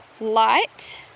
light